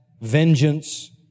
vengeance